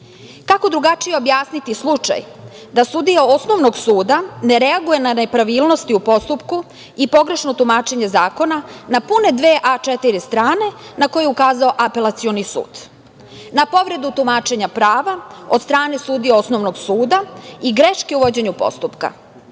drugačije objasniti slučaj da sudija Osnovnog suda ne reaguje na nepravilnosti u postupku i pogrešno tumačenje zakona na pune dve A4 strane na koje je ukazao Apelacioni sud. Na povredu tumačenja prava od strane sudije Osnovnog suda i greške u vođenju postupka,